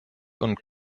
und